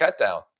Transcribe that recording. cutdown